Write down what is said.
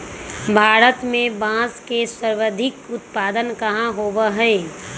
भारत में बांस के सर्वाधिक उत्पादन कहाँ होबा हई?